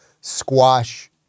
squash